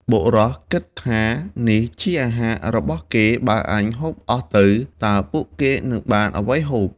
បុរសគិតថា នេះជាអាហារ របស់គេ បើអញហូបអស់ទៅ តើពួកគេនឹងបានអ្វីហូប? ។